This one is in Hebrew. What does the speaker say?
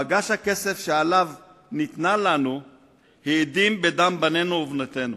מגש הכסף שעליו ניתנה לנו האדים בדם בנינו ובנותינו,